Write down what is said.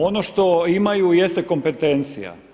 Ono što imaju jeste kompetancija.